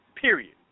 period